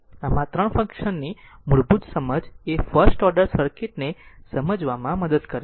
આમ આ 3 ફંક્શન ની મૂળભૂત સમજ ફર્સ્ટ ઓર્ડર સર્કિટ ને સમજવામાં મદદ કરે છે